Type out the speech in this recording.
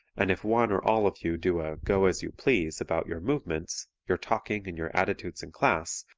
and if one or all of you do a go as you please about your movements, your talking and your attitudes in class,